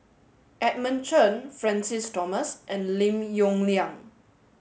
Edmund Chen Francis Thomas and Lim Yong Liang